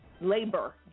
Labor